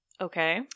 Okay